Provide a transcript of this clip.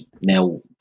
Now